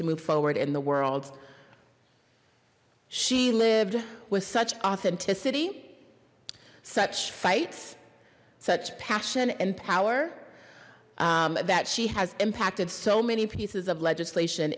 to move forward in the world she lived with such authenticity such fights such passion and power that she has impacted so many pieces of legislation